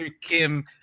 Kim